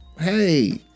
hey